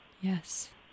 Yes